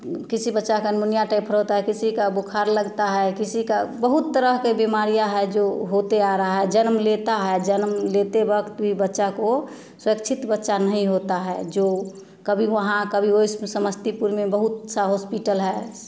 किसी बच्चा का अनमुनिया टाइफर होता है किसी का बुखार लगता है किसी का बहुत तरह के बीमारियाँ है जो होते आ रहा है जन्म लेता है जन्म लेता है जन्म लेते वक्त वो बच्चा को सुरक्षित बच्चा नहीं होता है जो कभी वहाँ कभी उस समस्तीपुर में बहुत सा हॉस्पिटल है